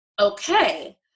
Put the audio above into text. okay